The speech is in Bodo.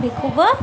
बेखौबो